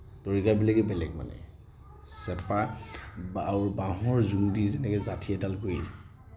তৰিকাবিলাকেই বেলেগ মানে চেপা আৰু বাঁহৰ জোৰ দি যেনেকৈ যাঠি এডাল কৰি